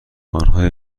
آنها